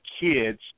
kids